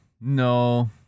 No